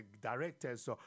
directors